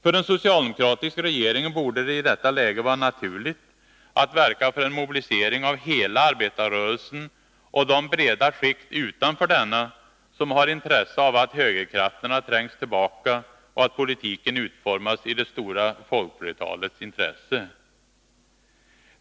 För en socialdemokratisk regering borde det i detta läge vara naturligt att verka för en mobilisering av hela arbetarrörelsen och de breda skikt utanför denna som har intresse av att högerkrafterna trängs tillbaka och att politiken utformas i det stora folkflertalets intresse.